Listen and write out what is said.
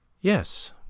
Yes